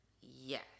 yes